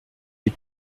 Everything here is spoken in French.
des